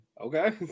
okay